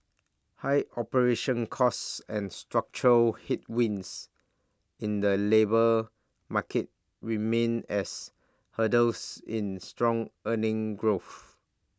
high operation costs and structural headwinds in the labour market remain as hurdles in strong earning growth